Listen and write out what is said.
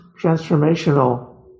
transformational